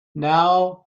now